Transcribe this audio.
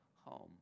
home